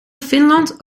finland